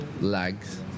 lags